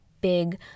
big